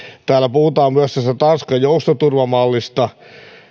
täällä puhutaan myös tästä tanskan joustoturvamallista